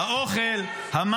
האוכל ----- עסקת חטופים.